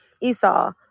esau